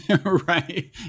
right